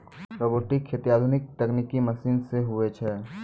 robotic खेती आधुनिक तकनिकी मशीन से हुवै छै